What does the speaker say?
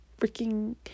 freaking